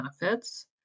benefits